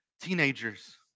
teenagers